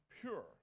pure